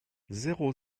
zéro